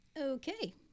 Okay